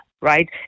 right